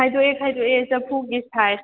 ꯈꯥꯏꯗꯣꯛꯑꯦ ꯈꯥꯏꯗꯣꯛꯑꯦ ꯆꯐꯨꯒꯤ ꯁꯥꯏꯖ